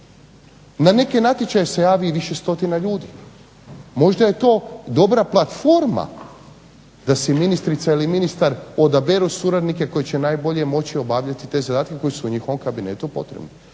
Na neki natječaj se javi više stotina ljudi, možda je to dobra platforma da si ministrica ili ministar odaberu suradnike koji će mu najbolje moći obavljati te zadatke koji su u njihovom kabinetu potrebni,